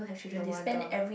no wonder